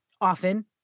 often